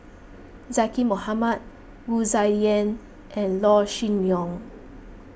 Zaqy Mohamad Wu Tsai Yen and Yaw Shin Leong